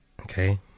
okay